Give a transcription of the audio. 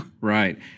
Right